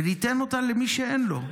וניתן אותה למי שאין לו.